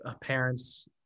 parents